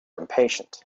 impatient